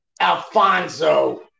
Alfonso